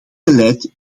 beleid